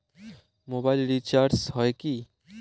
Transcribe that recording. Mobile recharge হয় কি?